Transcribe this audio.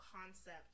concept